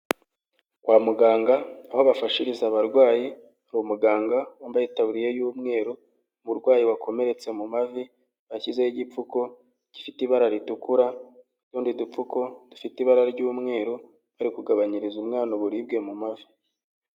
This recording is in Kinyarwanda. Kwa muganga aho bafashiriza abarwayi hari umuganga wambaye itaburiya y'umweru, umurwayi wakomeretse mu mavi bashyizeho igipfuko gifite ibara ritukura n'utundi dupfuko dufite ibara ry'umweru, bari kugabanyiriza umwana uburibwe mu mavi.